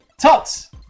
Tots